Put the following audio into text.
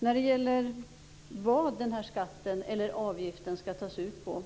Sedan är det frågan vad avgiften skall tas ut på.